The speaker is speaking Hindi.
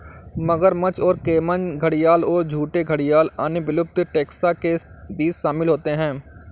मगरमच्छ और कैमन घड़ियाल और झूठे घड़ियाल अन्य विलुप्त टैक्सा के बीच शामिल होते हैं